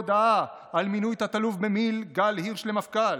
הודעה על מינוי תת-אלוף במיל' גל הירש למפכ"ל.